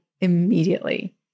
Immediately